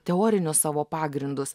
teorinius savo pagrindus